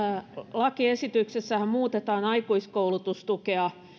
lakiesityksessähän muutetaan aikuiskoulutustukea